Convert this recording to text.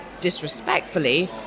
disrespectfully